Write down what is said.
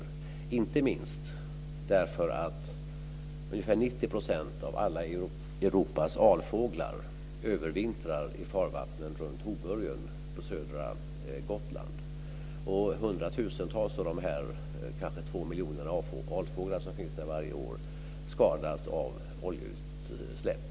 Detta är inte minst viktigt eftersom ungefär 90 % av alla Europas alfåglar övervintrar i farvattnen runt Hoburgen på södra Gotland. Hundratusentals av de kanske 2 miljoner alfåglar som finns där varje år skadas av oljeutsläpp.